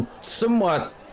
somewhat